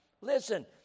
Listen